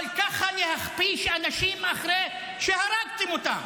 אבל ככה להכפיש אנשים אחרי שהרגתם אותה,